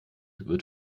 wird